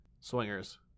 Swingers